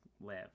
live